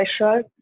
pressure